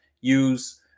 use